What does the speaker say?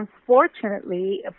unfortunately